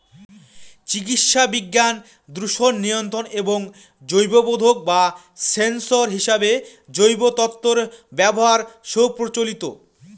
চিকিৎসাবিজ্ঞান, দূষণ নিয়ন্ত্রণ এবং জৈববোধক বা সেন্সর হিসেবে জৈব তন্তুর ব্যবহার সুপ্রচলিত